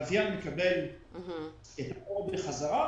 הלוויין מקבל את האור בחזרה,